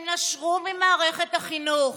הם נשרו ממערכת החינוך.